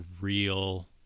real